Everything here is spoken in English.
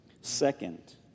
Second